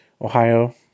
Ohio